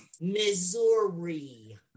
Missouri